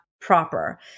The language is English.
proper